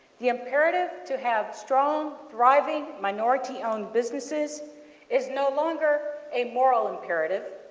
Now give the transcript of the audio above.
the imperative to have strong thriving minority-owned businesses is no longer a moral imperative,